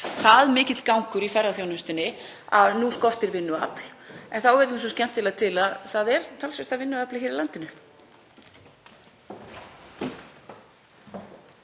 það mikill gangur í ferðaþjónustunni að nú skortir vinnuafl. En það vill svo skemmtilega til að það er talsvert af vinnuafli hér í landinu.